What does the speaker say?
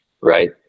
right